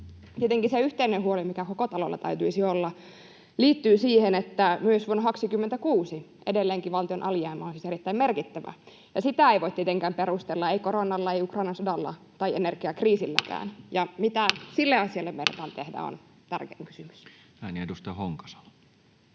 tietenkin se yhteinen huoli, mikä koko talolla täytyisi olla, liittyy siihen, että myös vuonna 2026 edelleenkin valtion alijäämä olisi erittäin merkittävä, ja sitä ei voi tietenkään perustella ei koronalla, ei Ukrainan sodalla tai energiakriisilläkään. Mitä sille asialle meinataan tehdä, on tärkeä kysymys. [Speech 138]